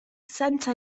senza